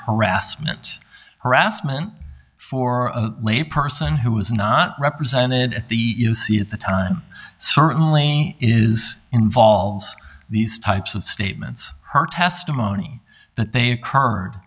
harassment harassment for lay person who was not represented at the u c at the time certainly is involves these types of statements her testimony that they occurred